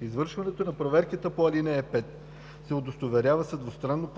Извършването на проверката по ал. 5 се удостоверява с двустранно